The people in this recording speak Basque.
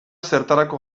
zertarako